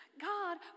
God